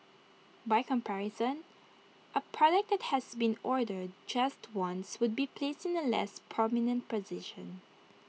by comparison A product that has been ordered just once would be placed in A less prominent position